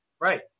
Right